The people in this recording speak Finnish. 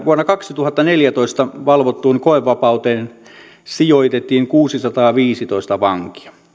vuonna kaksituhattaneljätoista valvottuun koevapauteen sijoitettiin kuusisataaviisitoista vankia